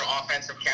offensive